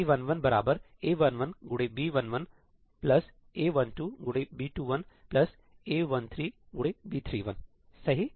C11 A11 x B11 A12 x B21 A13 x B31 सही